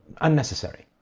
unnecessary